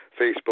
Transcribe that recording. Facebook